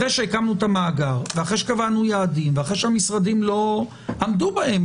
אחרי שנקים את המאגר ונקבע יעדים והמשרדים לא יעמדו בהם,